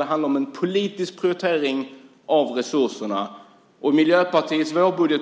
Det handlar om en politisk prioritering av resurserna. I Miljöpartiets vårbudget